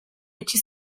itxi